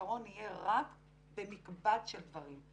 הפתרון יהיה רק במקבץ של דברים.